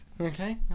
Okay